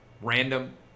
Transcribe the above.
random